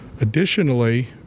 additionally